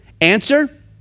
Answer